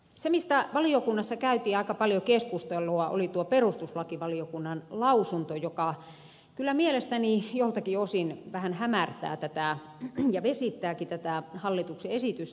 se mistä valiokunnassa käytiin aika paljon keskustelua oli tuo perustuslakivaliokunnan lausunto joka kyllä mielestäni joltakin osin vähän hämärtää ja vesittääkin tätä hallituksen esitystä